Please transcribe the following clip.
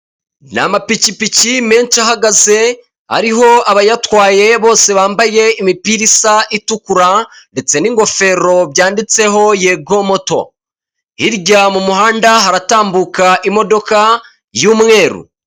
Ni amapikipiki menshi ahagaze, ariho abayatwaye bose bambaye imipira isa itukura, ndetse n'ingofero byanditseho yego moto, hirya mu muhanda haratambuka imodoka y'umweru.